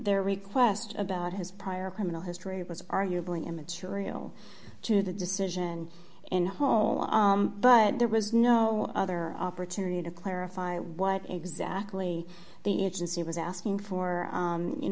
their request about his prior criminal history was arguably immaterial to the decision and home but there was no other opportunity to clarify what exactly the agency was asking for